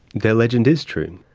that legend is true,